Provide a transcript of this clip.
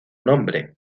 nombre